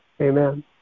Amen